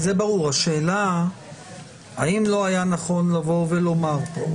השאלה האם לא היה נכון לבוא ולומר כאן